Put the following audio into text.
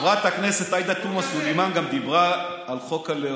חברת הכנסת עאידה תומא סלימאן גם דיברה על חוק הלאום,